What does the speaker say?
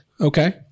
Okay